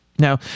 Now